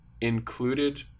included